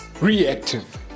Reactive